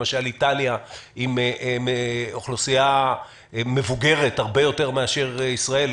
למשל באיטליה יש אוכלוסייה מבוגרת הרבה יותר מאשר ישראל,